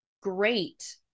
great